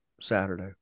Saturday